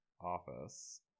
office